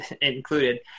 included